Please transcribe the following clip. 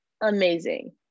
amazing